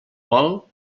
vol